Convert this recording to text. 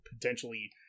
potentially